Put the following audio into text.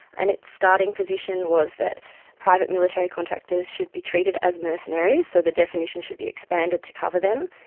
and its starting position was that private military contractors should be treated as mercenaries, so the definition should be expanded to cover them,